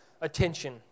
attention